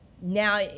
now